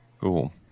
Cool